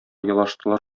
елаштылар